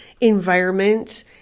environment